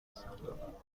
هستم